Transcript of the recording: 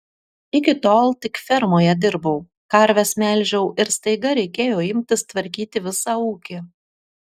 iki tol tik fermoje dirbau karves melžiau ir staiga reikėjo imtis tvarkyti visą ūkį